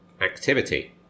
Activity